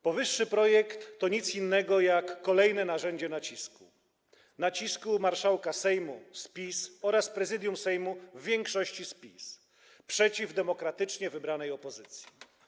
Powyższy projekt to nic innego jak kolejne narzędzie nacisku marszałka Sejmu z PiS oraz Prezydium Sejmu w większości z PiS przeciw demokratycznie wybranej opozycji.